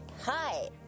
Hi